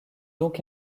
donc